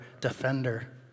defender